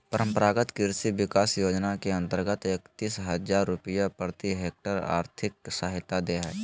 परम्परागत कृषि विकास योजना के अंतर्गत एकतीस हजार रुपया प्रति हक्टेयर और्थिक सहायता दे हइ